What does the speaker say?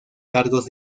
cargos